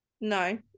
no